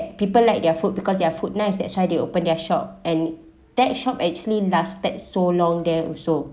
people like their food because their food nice that's why they open their shop and that shop actually lasted so long there also